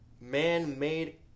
man-made